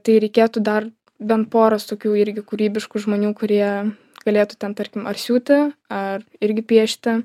tai reikėtų dar bent poros tokių irgi kūrybiškų žmonių kurie galėtų ten tarkim ar siūti ar irgi piešti